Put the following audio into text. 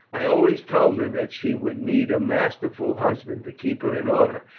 i always told her that she would need a masterful husband to keep her in order,